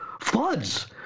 Floods